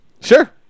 Sure